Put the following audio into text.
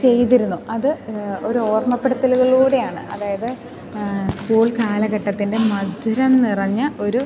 ചെയ്തിരുന്നു അത് ഒരോർമ്മപ്പെടുത്തലുകളിലൂടെയാണ് അതായത് സ്കൂൾ കാലഘട്ടത്തിൻ്റെ മധുരം നിറഞ്ഞ ഒരു